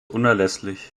unerlässlich